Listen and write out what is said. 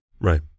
Right